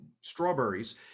strawberries